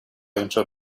entered